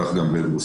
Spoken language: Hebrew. כך גם ב"אלבוסתן".